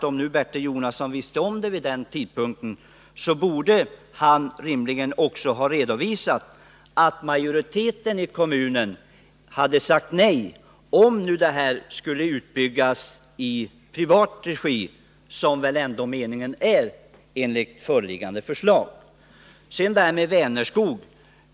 Om Bertil Jonasson kände till det vid den tidpunkten borde han rimligen också ha redovisat att majoriteten i kommunen hade sagt nej till projektet, om utbyggnaden skulle ske i privat regi, såsom väl ändå meningen är enligt föreliggande förslag. Sedan några ord om Vänerskog.